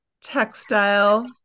textile